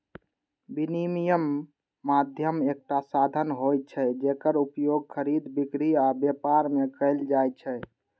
विनिमय माध्यम एकटा साधन होइ छै, जेकर उपयोग खरीद, बिक्री आ व्यापार मे कैल जाइ छै